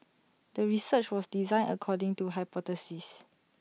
the research was designed according to hypothesis